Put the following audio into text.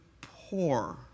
poor